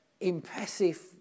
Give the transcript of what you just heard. impressive